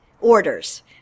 orders